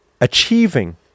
achieving